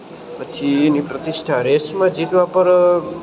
પછી એની પ્રતિષ્ઠા રેસમાં જીતવા પર